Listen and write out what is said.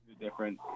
different